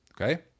okay